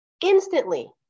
instantly